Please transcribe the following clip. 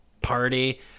Party